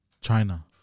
China